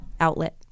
outlet